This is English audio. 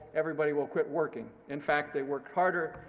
everybody will quit working. in fact, they worked harder,